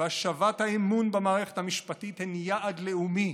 והשבת האמון במערכת המשפטית הם יעד לאומי.